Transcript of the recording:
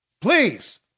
Please